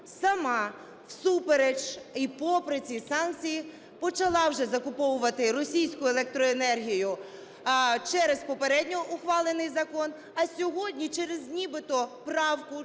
сама, всупереч і попри ці санкції, почала вже закуповувати російську електроенергію через попередньо ухвалений закон. А сьогодні через нібито правку